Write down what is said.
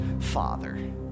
father